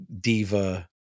diva